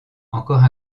encore